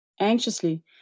Anxiously